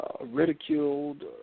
ridiculed